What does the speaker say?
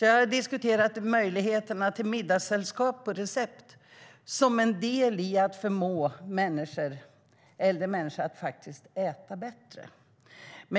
Jag har diskuterat möjligheterna till middagssällskap på recept som en del i att förmå äldre människor att äta bättre.